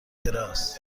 کراس